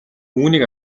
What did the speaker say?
үүнийг